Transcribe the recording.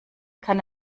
kann